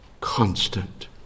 constant